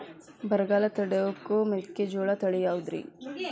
ಬರಗಾಲ ತಡಕೋ ಮೆಕ್ಕಿಜೋಳ ತಳಿಯಾವುದ್ರೇ?